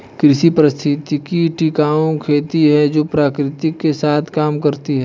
कृषि पारिस्थितिकी टिकाऊ खेती है जो प्रकृति के साथ काम करती है